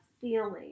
feeling